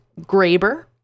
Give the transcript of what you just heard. Graber